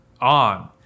on